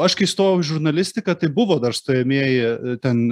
aš kai stojau į žurnalistiką tai buvo dar stojamieji ten